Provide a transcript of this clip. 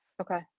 Okay